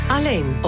Alleen